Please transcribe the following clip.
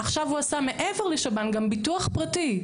עכשיו הוא עשה מעבר לשב"ן גם ביטוח פרטי.